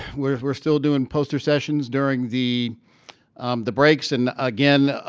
we're still doing poster sessions during the um the breaks and again.